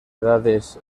dades